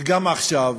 וגם עכשיו,